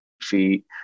feet